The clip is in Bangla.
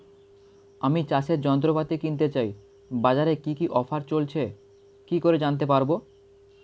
আমি চাষের যন্ত্রপাতি কিনতে চাই বাজারে কি কি অফার চলছে কি করে জানতে পারবো?